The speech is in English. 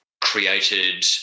created